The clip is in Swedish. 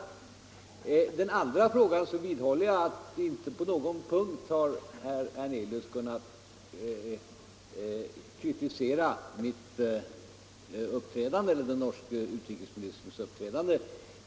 Beträffande den andra frågan vidhåller jag att herr Hernelius inte på någon punkt har kunnat kritisera mitt eller den norske utrikesministerns uppträdande.